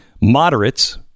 moderates